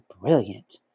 brilliant